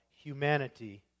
humanity